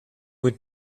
would